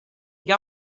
gli